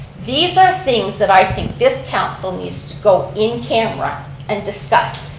these are things that i think this council needs to go in camera and discuss.